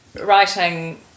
writing